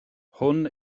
hwn